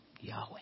Yahweh